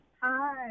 Hi